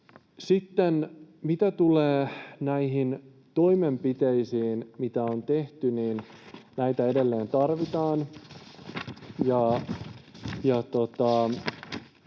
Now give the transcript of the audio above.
Sitten mitä tulee näihin toimenpiteisiin, mitä on tehty, niin näitä edelleen tarvitaan.